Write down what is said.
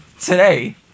today